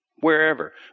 wherever